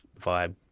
vibe